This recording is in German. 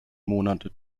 monate